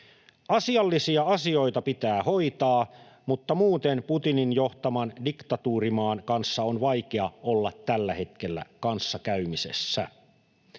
Asiallisia asioita pitää hoitaa, mutta muuten Putinin johtaman diktatuurimaan kanssa on vaikea olla tällä hetkellä kanssakäymisessä.